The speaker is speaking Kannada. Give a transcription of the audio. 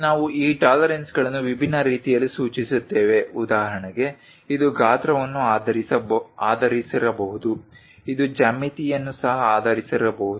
ನಾವು ಈ ಟಾಲರೆನ್ಸ್ಗಳನ್ನು ವಿಭಿನ್ನ ರೀತಿಯಲ್ಲಿ ಸೂಚಿಸುತ್ತೇವೆ ಉದಾಹರಣೆಗೆ ಇದು ಗಾತ್ರವನ್ನು ಆಧರಿಸಿರಬಹುದು ಇದು ಜ್ಯಾಮಿತಿಯನ್ನು ಸಹ ಆಧರಿಸಿರಬಹುದು